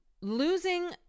Losing